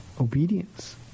obedience